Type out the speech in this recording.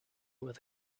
with